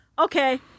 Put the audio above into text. okay